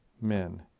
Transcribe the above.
men